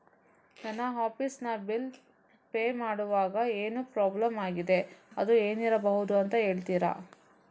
ನನ್ನ ಆಫೀಸ್ ನ bill pay ಮಾಡ್ವಾಗ ಏನೋ ಪ್ರಾಬ್ಲಮ್ ಆಗಿದೆ ಅದು ಏನಿರಬಹುದು ಅಂತ ಹೇಳ್ತೀರಾ?